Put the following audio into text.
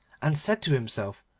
and said to himself,